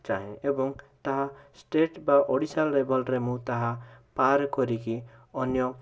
ଚାହେଁ ଏଵଂ ତାହା ଷ୍ଟେଟ୍ ବା ଓଡ଼ିଶା ଲେବଲ୍ରେ ମୁଁ ତାହା ପାର କରିକି ଅନ୍ୟ